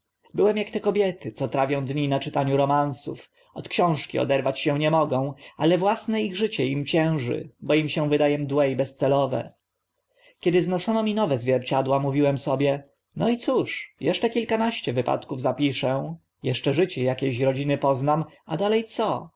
byłem ak te kobiety co trawią dni na czytaniu romansów od książki oderwać się nie mogą ale własne ich życie im cięży bo im się wyda e mdłe i bezcelowe kiedy znoszono mi nowe zwierciadła mówiłem sobie no i cóż jeszcze kilkanaście wypadków zapiszę eszcze życie akie ś rodziny poznam a dale co